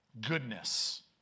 Goodness